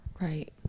Right